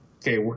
okay